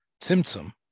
Symptom